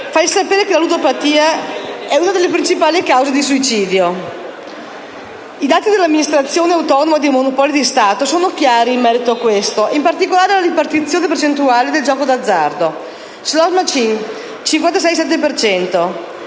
sapere che la ludopatia è una delle principali cause di suicidio. I dati dell'Amministrazione autonoma dei monopoli di Stato sono chiari in merito a questo fenomeno, in particolare per quanto riguarda la ripartizione percentuale del gioco d'azzardo: *slot* *machine* 56,7